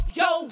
yo